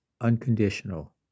unconditional